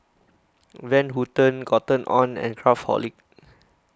Van Houten Cotton on and Craftholic